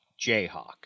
Jayhawk